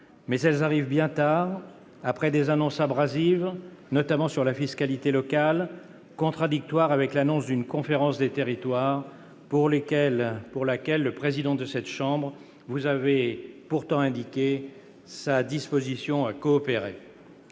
mais elles arrivent bien tard après des annonces abrasives, notamment sur la fiscalité locale, et contradictoires avec l'annonce d'une conférence des territoires pour laquelle le président de cette chambre vous avait pourtant indiqué qu'il était disposé à coopérer.